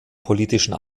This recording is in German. politischen